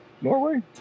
Norway